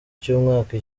cy’umwaka